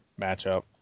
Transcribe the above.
matchup